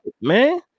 Man